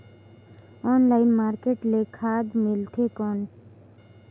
Online market ले खाद मिलथे कौन?